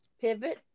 pivot